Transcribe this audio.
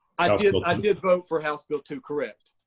i did i did vote for house bill two, correct.